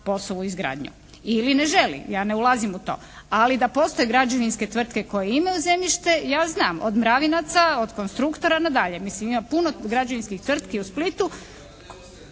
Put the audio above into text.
posao u izgradnju ili ne želi. Ja ne ulazim u to, ali da postoji građevinske tvrtke koje imaju zemljište ja znam od "Mravinaca", od "Konstruktora" nadalje. Mislim ima puno građevinskih tvrtki u Splitu.